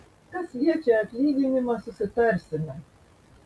kas liečia atlyginimą susitarsime